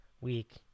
week